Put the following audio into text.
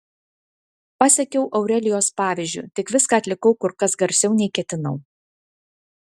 pasekiau aurelijos pavyzdžiu tik viską atlikau kur kas garsiau nei ketinau